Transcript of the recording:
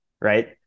right